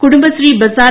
കുടുംബശ്രീബസാർ